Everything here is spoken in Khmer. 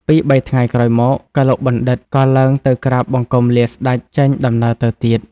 ពីរបីថ្ងៃក្រោយមក កឡុកបណ្ឌិត ក៏ឡើងទៅក្រាបបង្គំលាស្តេចចេញដំណើរទៅទៀត ។